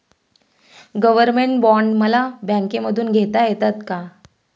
Government bond मला बँकेमधून घेता येतात का?